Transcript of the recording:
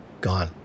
gone